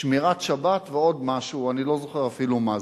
שמירת שבת, ועוד משהו, אני לא זוכר אפילו מה זה.